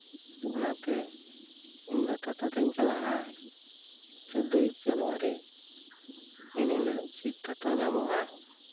ᱚᱱᱟᱛᱮ ᱤᱧ ᱫᱚ ᱴᱳᱴᱳᱛᱤᱧ ᱪᱟᱞᱟᱜᱼᱟ ᱪᱳᱫᱫᱳᱭ ᱡᱟᱱᱩᱣᱟᱨᱤ ᱮᱱᱦᱤᱞᱳᱜ ᱪᱮᱫ ᱴᱳᱴᱳ ᱧᱟᱢᱚᱜᱼᱟ